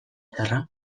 txarra